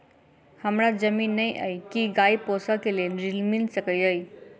हमरा जमीन नै अई की गाय पोसअ केँ लेल ऋण मिल सकैत अई?